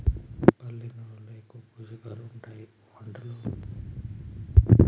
పల్లి నూనెలో ఎక్కువ పోషకాలు ఉంటాయి వంటలో వాడితే మంచిదని